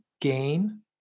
gain